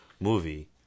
movie